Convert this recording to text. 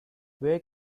where